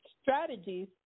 strategies